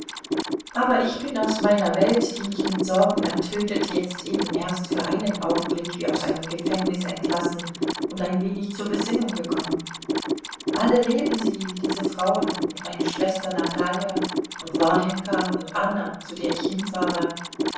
aber ich bin aus meiner welt die mich mit sorgen ertötet jetzt eben erst für einen augenblick wie aus einem gefängnis entlassen und ein wenig zur besinnung gekommen alle leben sie diese frauen und meine schwester natalja und warjenka und anna zu der ich hinfahre